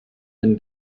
been